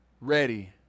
ready